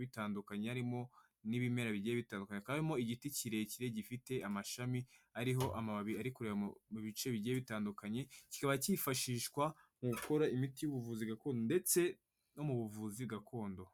bitandukanye harimo n'ibimera bigiye bitandukanye, harimo igiti kirekire gifite amashami ariho amababi ari kureba mu bice bigiye bitandukanye, kikaba kifashishwa mu gukora imiti y'ubuvuzi gakondo ndetse no mu buvuzi gakondo.